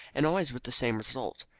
and always with the same result.